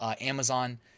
Amazon